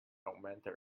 augmented